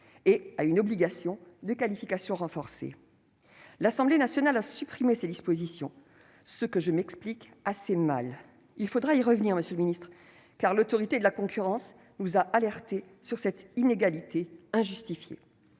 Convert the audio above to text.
et à une obligation de qualification renforcée. L'Assemblée nationale a supprimé ces dispositions, ce que je m'explique assez mal. Il faudra y revenir, monsieur le garde des sceaux, car l'Autorité de la concurrence nous a alertés sur cette inégalité injustifiée.